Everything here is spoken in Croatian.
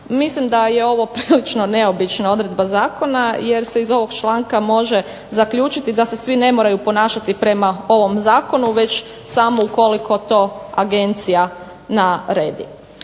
Mislim da je ovo prilično neobična odredba zakona jer se iz ovog članka može zaključiti da se svi ne moraju ponašati prema ovom zakonu već samo ukoliko to agencija naredi.